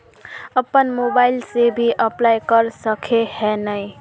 अपन मोबाईल से भी अप्लाई कर सके है नय?